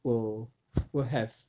will will have